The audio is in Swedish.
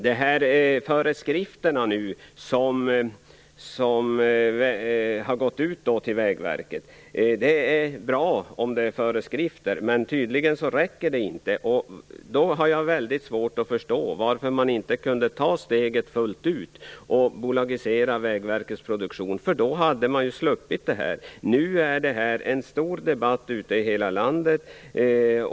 Det har nu gått ut föreskrifter till Vägverket. Det är bra, men det räcker tydligen inte. Jag har väldigt svårt att förstå varför man inte kunde ta steget fullt ut och bolagisera Vägverkets produktion. Då hade man ju sluppit detta. Nu debatteras frågan i hela landet.